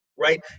right